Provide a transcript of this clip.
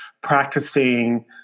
practicing